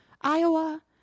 Iowa